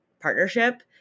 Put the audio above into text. partnership